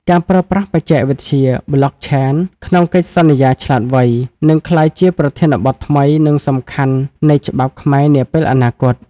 ការប្រើប្រាស់បច្ចេកវិទ្យា Blockchain ក្នុងកិច្ចសន្យាឆ្លាតវៃ នឹងក្លាយជាប្រធានបទថ្មី និងសំខាន់នៃច្បាប់ខ្មែរនាពេលអនាគត។